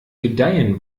gedeihen